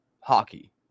hockey